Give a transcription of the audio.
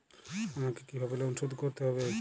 আমাকে কিভাবে লোন শোধ করতে হবে?